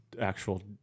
actual